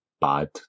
bad